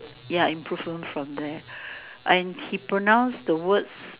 ya improvement from there and he pronounce the words